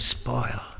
spoil